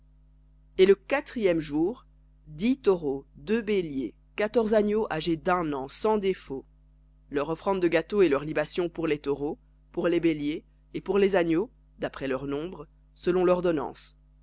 et le quatrième jour dix taureaux deux béliers quatorze agneaux âgés d'un an sans défaut leur offrande de gâteau et leurs libations pour les taureaux pour les béliers et pour les agneaux d'après leur nombre selon l'ordonnance